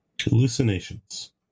Hallucinations